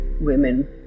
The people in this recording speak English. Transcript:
women